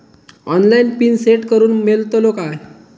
Online PIN set करूक मेलतलो काय?